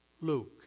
Luke